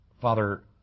Father